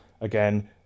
again